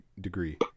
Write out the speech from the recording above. degree